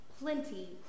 plenty